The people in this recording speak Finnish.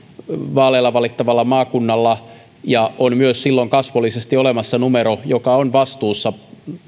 vaaleilla valittavalla maakunnalla ja silloin on myös kasvollisesti olemassa numero joka on vastuussa